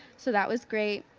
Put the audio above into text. so that was great.